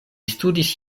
studis